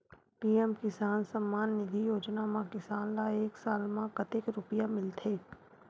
PM किसान सम्मान निधी योजना म किसान ल एक साल म कतेक रुपिया मिलथे?